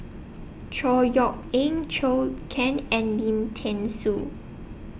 Chor Yeok Eng Chou Can and Lim Thean Soo